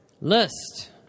List